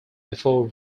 before